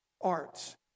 art